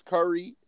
Curry